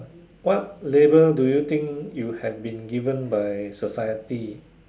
what label do you think you have been given by society